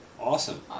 Awesome